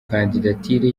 kandidatire